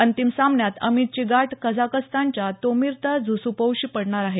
अंतिम सामन्यात अमितची गाठ कझाकस्तानच्या तोमिर्तास झुस्सुपोव्हशी पडणार आहे